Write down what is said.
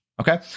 Okay